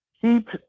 keep